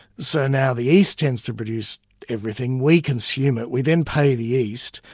so now the east tends to produce everything, we consume it, we then pay the east,